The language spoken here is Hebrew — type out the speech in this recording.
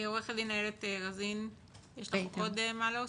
עו"ד איילת רזין יש לך עוד מה להוסיף?